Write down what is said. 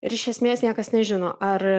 ir iš esmės niekas nežino ar